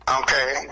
Okay